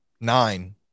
nine